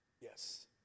yes